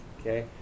okay